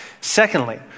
Secondly